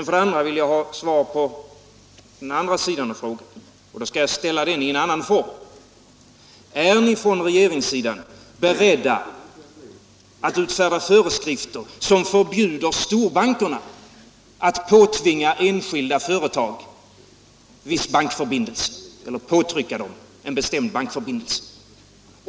För det andra vill jag ha svar även på den andra sidan av frågan, men då skall jag kanske ställa den i en annan form: Är ni på regeringssidan beredda att utfärda föreskrifter som förbjuder storbankerna att påtvinga enskilda företag viss bankförbindelse eller att påtrycka dem en viss bankförbindelse?